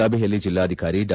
ಸಭೆಯಲ್ಲಿ ಜಿಲ್ಲಾಧಿಕಾರಿ ಡಾ